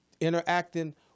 interacting